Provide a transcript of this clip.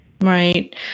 Right